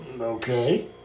Okay